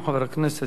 איננו.